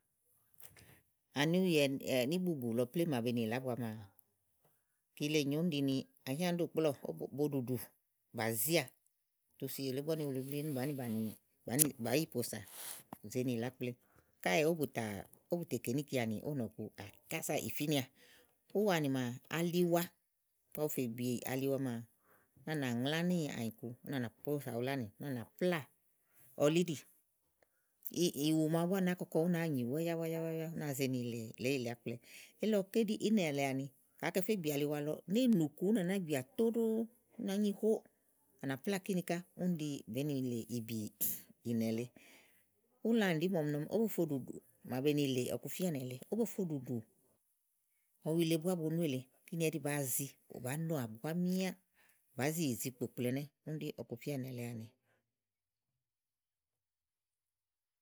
Ani úye ɛnɛ́ íbùbù lɔ plémú màa be ni yìlè ábua maa, kile nyòo úni ɖi ni àhíà nìíɖùkplɔ́ɔ ahíànìíɖù kplɔ́ɔ̀ bu ɖùɖù bà zíà tu si ìyì èle ígbɔ úni wulu blíí úni bàá yi bàni, bàá yi pòosà zèe ni yìlè ákple káèè ówò bù tà, ówò bù tè kè níìkeanì ówò nɔ̀ku ù kása ì fínɛà. úwanì maa aliwa. ígbɔ ɔwɔ fè gbì aliwa maa, úni à nà ŋlá níì ànyiku, úni à nà pòsà ulánì úni ànà pláà ɔli íɖi ìwù màawu búá nàáa kɔkɔ únàa nyi wáyá wáyá ú nàa ze ni yìlè nèé yilè ákplewɛ elílɔké ɖí ínɛ̀ lèe àni ka àá kɛ fé gbì aliwa lɔ néènù ku úni à nàáa gbìà tóɖòo ú nàá nyi nó à nà pláà kíni ká úni ɖi bèé ni yìlè ìbì ìnɛ̀ lèe úlãnì ɖi màa ɔmi nɔ ɔmi ówó bo fo ɖùɖù màa be ni yìlè ɔkufíà ìnɛ̀ lèe, ówó bo fo ɖùɖù ɔwi le búá ubonú èle kíni ɛɖí bàáa zi bàá noà únà tá mìà bàá zì yì zi kpòkpli ɛnɛ́ úni ɖi ɔkufíà ìnɛ̀ lèe àni.